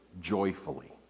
joyfully